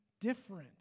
different